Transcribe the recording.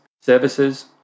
services